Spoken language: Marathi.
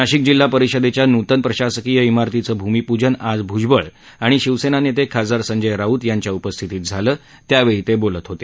नाशिक जिल्हा परिषदेच्या नूतन प्रशासकीय इमारतीचं भूमिपूजन आज भूजबळ आणि शिवसेना नेते खासदार संजय राऊत यांच्या उपस्थितीत झालं त्यावेळी ते बोलत होते